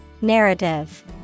Narrative